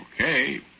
Okay